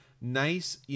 nice